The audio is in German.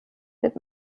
mit